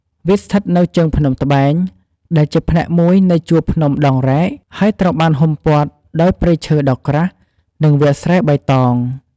វាស្ថិតនៅជើងភ្នំត្បែង ដែលជាផ្នែកមួយនៃជួរភ្នំដងរ៉ែក ហើយត្រូវបានហ៊ុមព័ទ្ធដោយព្រៃឈើដ៏ក្រាស់ និងវាលស្រែបៃតង។